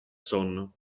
sonno